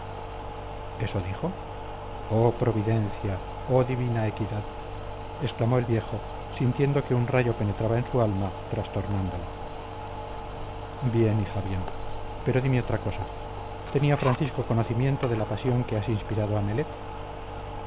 eso dijo oh providencia oh divina equidad exclamó el viejo sintiendo que un rayo penetraba en su alma trastornándola bien hija bien pero dime otra cosa tenía francisco conocimiento de la pasión que has inspirado